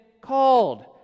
called